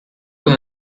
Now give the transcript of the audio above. con